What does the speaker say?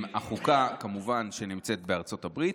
החוקה, כמובן, שנמצאת בארצות הברית.